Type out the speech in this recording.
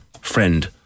friend